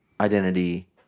Identity